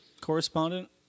correspondent